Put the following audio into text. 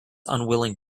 unwilling